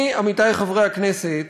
אני, עמיתי חברי הכנסת,